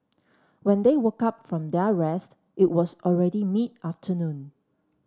when they woke up from their rest it was already mid afternoon